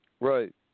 Right